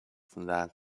vandaan